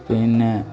പിന്നെ